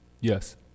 Yes